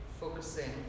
focusing